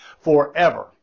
forever